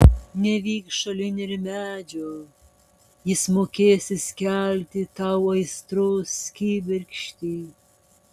nevyk šalin ir medžio jis mokės įskelti tau aistros kibirkštį